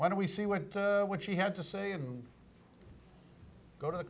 why don't we see what what she had to say go to